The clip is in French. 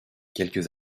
quelques